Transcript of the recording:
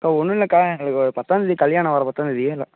அக்கா ஒன்று இல்லைக்கா எங்களுக்கு பத்தாம்தேதி கல்யாணம் வர பத்தாம்தேதி